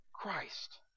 Christ